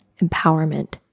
empowerment